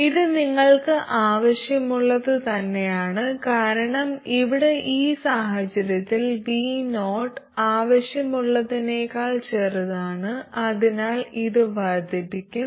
ഇത് നിങ്ങൾക്ക് ആവശ്യമുള്ളത് തന്നെയാണ് കാരണം ഇവിടെ ഈ സാഹചര്യത്തിൽ vo ആവശ്യമുള്ളതിനേക്കാൾ ചെറുതാണ് അതിനാൽ ഇത് വർദ്ധിപ്പിക്കും